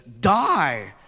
die